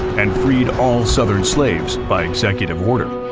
and freed all southern slaves by executive order.